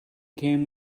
came